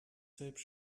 selbst